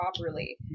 properly